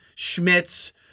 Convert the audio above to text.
Schmitz